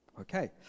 Okay